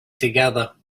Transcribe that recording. together